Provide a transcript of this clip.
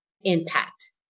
impact